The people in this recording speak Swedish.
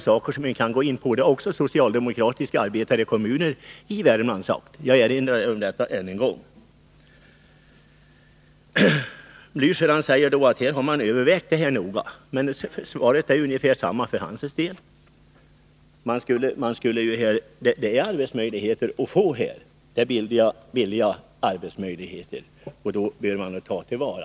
Det har också socialdemokratiska arbetarkommuner i Värmland sagt — jag erinrar än en gång om det. Raul Blächer säger att vpk noga har övervägt sitt ställningstagande. Mitt svar till honom blir ungefär detsamma: Här är det möjligt att på ett billigt sätt skapa arbetstillfällen, och den chansen bör man ta till vara.